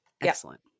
Excellent